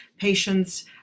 Patients